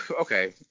Okay